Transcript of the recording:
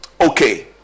okay